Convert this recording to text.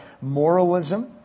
moralism